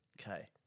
okay